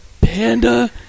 panda